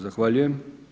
Zahvaljujem.